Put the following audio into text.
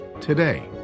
today